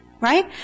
Right